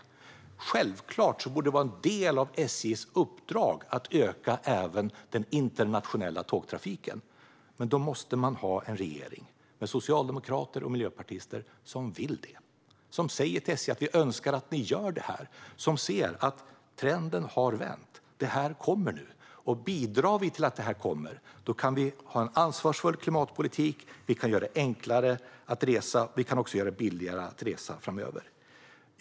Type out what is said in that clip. Det borde vara en självklar del av SJ:s uppdrag att öka även den internationella tågtrafiken. Men då måste vi ha en regering med socialdemokrater och miljöpartister som vill det, som säger till SJ att man önskar att SJ gör detta och som ser att trenden har vänt och säger: Bidrar vi till detta kan vi ha en ansvarsfull klimatpolitik och göra det enklare och billigare att resa framöver.